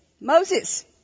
Moses